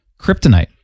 kryptonite